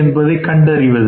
என்பதைக் கண்டறிவது